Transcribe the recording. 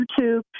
youtube